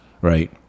right